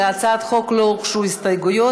להצעת החוק לא הוגשו הסתייגויות,